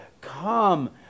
come